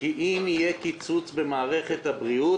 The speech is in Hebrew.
כי אם יהיה קיצוץ במערכת הבריאות,